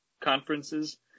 conferences